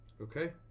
Okay